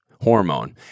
hormone